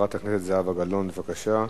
חברת הכנסת זהבה גלאון, בבקשה,